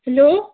hello